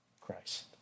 Christ